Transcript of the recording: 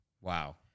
Wow